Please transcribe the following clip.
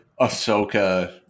Ahsoka